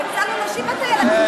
הצלנו נשים היום.